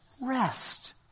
rest